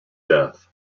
death